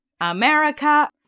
america